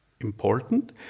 important